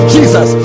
Jesus